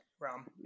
Ram